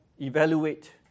evaluate